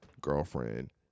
girlfriend